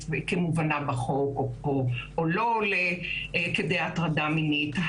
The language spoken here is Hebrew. כמובנה בחוק או לא עולה כדי הטרדה מינית.